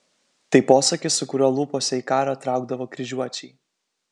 tai posakis su kuriuo lūpose į karą traukdavo kryžiuočiai